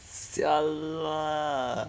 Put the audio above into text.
!siala!